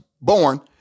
born